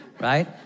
right